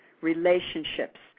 relationships